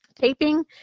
taping